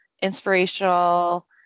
inspirational